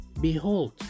Behold